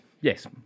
yes